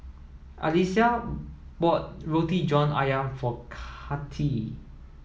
Alysia bought Roti John Ayam for Cathi